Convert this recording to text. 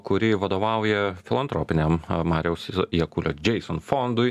kuri vadovauja filantropiniam mariaus jakulio džeison fondui